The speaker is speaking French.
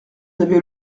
avez